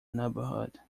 neighbourhood